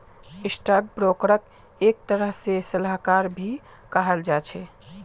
stock ब्रोकरक एक तरह से सलाहकार भी कहाल जा छे